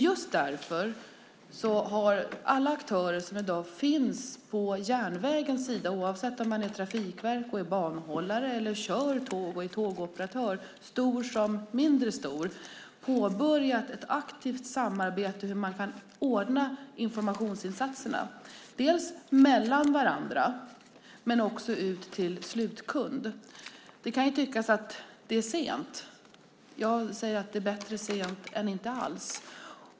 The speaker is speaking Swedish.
Just därför har dock alla aktörer som i dag finns på järnvägens sida - oavsett om man är trafikverk och banhållare eller om man är tågoperatör och kör tåg, och oavsett om man är stor eller mindre stor - påbörjat ett aktivt samarbete om hur man kan ordna informationsinsatserna. Det gäller inte bara mellan varandra utan också ut till slutkund. Det kan tyckas sent, men jag säger att det är bättre sent än inte alls.